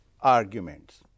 arguments